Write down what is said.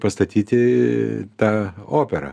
pastatyti tą operą